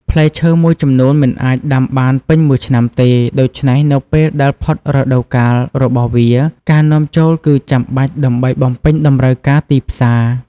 ផ្លែឈើមួយចំនួនមិនអាចដាំបានពេញមួយឆ្នាំទេ ដូច្នេះនៅពេលដែលផុតរដូវកាលរបស់វា ការនាំចូលគឺចាំបាច់ដើម្បីបំពេញតម្រូវការទីផ្សារ។